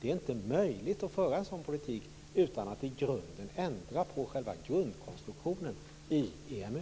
Det är inte möjligt att föra en sådan politik utan en genomgripande ändring av grundkonstruktionen i EMU.